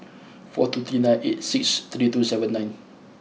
four two three nine eight six three two seven nine